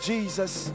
Jesus